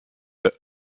leurs